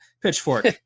Pitchfork